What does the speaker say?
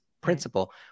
principle